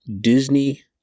Disney